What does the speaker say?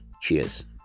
Cheers